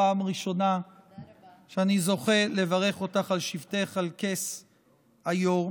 פעם ראשונה שאני זוכה לברך אותך על שבתך על כס היו"ר,